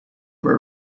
boy